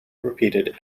repeated